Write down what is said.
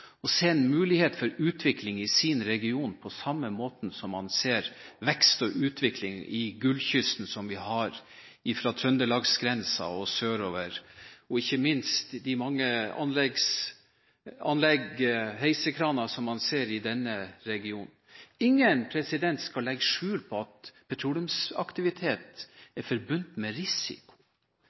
og se en mulighet for utvikling i sin region, på samme måten som man ser vekst og utvikling på «Gullkysten», fra Trøndelag-grensen og sørover – ikke minst med de mange heisekraner som man ser i denne regionen. Ingen skal legge skjul på at petroleumsaktivitet er forbundet med risiko.